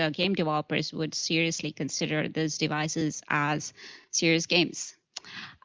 so game developers would seriously consider those devices as serious games.